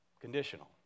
Conditional